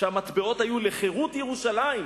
שהמטבעות היו לחירות ירושלים,